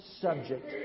subject